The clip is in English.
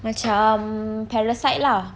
macam parasite lah